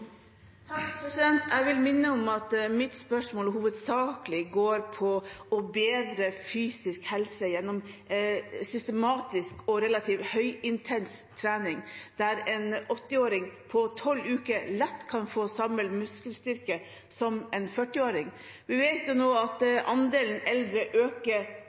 Jeg vil minne om at mitt spørsmål hovedsakelig gikk på å bedre den fysiske helsen gjennom systematisk og relativt høyintensiv trening, der en 80-åring på tolv uker lett kan få samme muskelstyrke som en 40-åring. Vi vet at andelen eldre øker